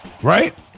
Right